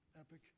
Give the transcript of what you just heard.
Epic